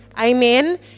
Amen